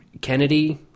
kennedy